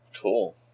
Cool